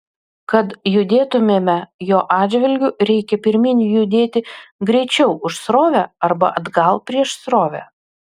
kad judėtumėme jo atžvilgiu reikia pirmyn judėti greičiau už srovę arba atgal prieš srovę